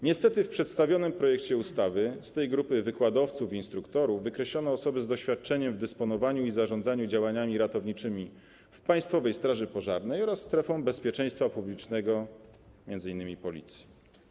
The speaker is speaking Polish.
Niestety w przedstawionym projekcie ustawy z tej grupy wykładowców i instruktorów wykreślono osoby z doświadczeniem w dysponowaniu i zarządzaniu działaniami ratowniczymi w Państwowej Straży Pożarnej oraz strefą bezpieczeństwa publicznego, m.in. w Policji.